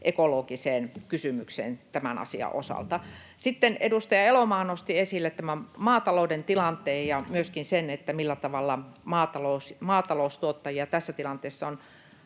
ekologiseen kysymykseen tämän asian osalta. Sitten edustaja Elomaa nosti esille tämän maatalouden tilanteen ja myöskin sen, millä tavalla maataloustuottajia tässä tilanteessa on